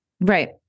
Right